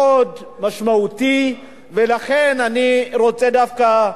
מאוד משמעותי, ולכן אני רוצה דווקא,